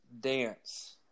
dance